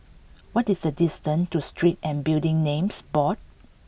what is the distance to Street and Building Names Board